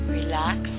relax